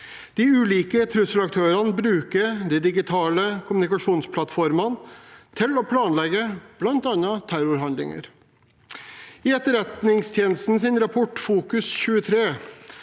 De ulike trusselaktørene bruker de digitale kommunikasjonsplattformene til å planlegge bl.a. terrorhandlinger. I Etterretningstjenestens rapport Fokus 2023